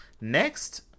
next